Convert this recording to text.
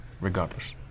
Regardless